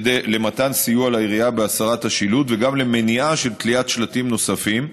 למתן סיוע לעירייה בהסרת השילוט וגם למניעה של תליית שלטים נוספים,